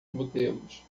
modelos